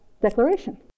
declaration